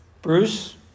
Bruce